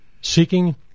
seeking